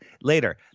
later